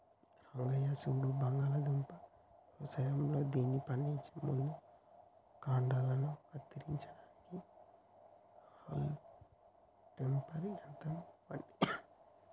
రంగయ్య సూడు బంగాళాదుంప యవసాయంలో దానిని పండించే ముందు కాండలను కత్తిరించడానికి హాల్మ్ టాపర్ యంత్రం ఇవ్వండి